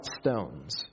stones